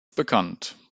bekannt